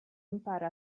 impara